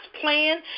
plan